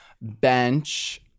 bench